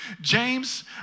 James